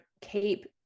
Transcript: keep